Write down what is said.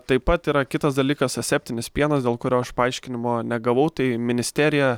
taip pat yra kitas dalykas aseptinis pienas dėl kurio aš paaiškinimo negavau tai ministerija